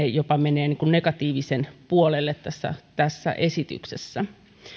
jopa niin kuin negatiivisen puolelle tässä tässä esityksessä